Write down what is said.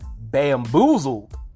bamboozled